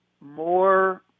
more